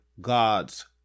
God's